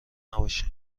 نباشین